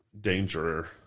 Danger